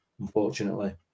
unfortunately